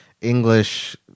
English